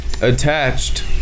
attached